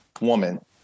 woman